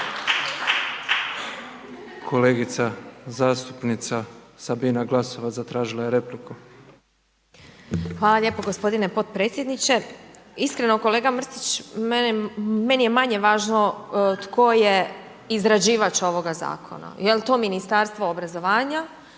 Kolega zastupnica Sabina Glasovac zatražila je repliku. **Glasovac, Sabina (SDP)** Hvala lijepo gospodine potpredsjedniče. Iskreno, kolega Mrsić, meni je manje važno tko je izrađivač ovog zakona, jel' to Ministarstvo obrazovanja